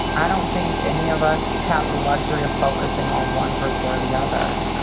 i don't think any of us have the luxury of focusing on one group or the other.